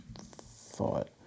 thought